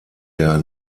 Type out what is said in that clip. der